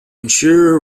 ensure